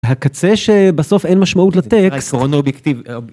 הקצה שבסוף אין משמעות לטקסט.